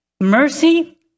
mercy